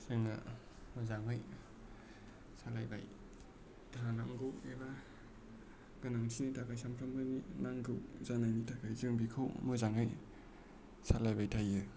जोङो मोजाङै सालायबाय थानांगौ एबा गोनांथिनि थाखाय सानफ्रामबोनि नांगौ जानायनि थाखाय जों बेखौ मोजाङै